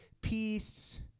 peace